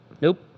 Nope